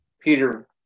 Peter